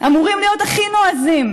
אמורים להיות הכי נועזים,